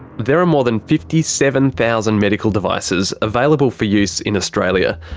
there are more than fifty seven thousand medical devices available for use in australia,